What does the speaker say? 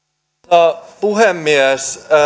arvoisa puhemies